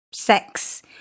sex